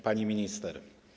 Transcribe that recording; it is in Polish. Pani Minister!